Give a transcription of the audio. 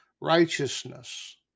righteousness